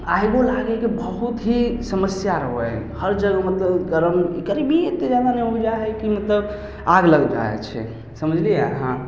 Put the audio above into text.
iGo लागैके बहुत ही समस्या रहै हइ हर जगह मतलब गरम कहीँ भी जगहमे जाउ लगै हइ कि मतलब आग लग जाइ छै समझलियै अहाँ